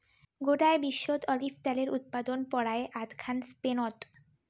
গোটায় বিশ্বত অলিভ ত্যালের উৎপাদন পরায় আধঘান স্পেনত